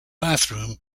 bathroom